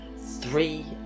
Three